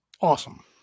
awesome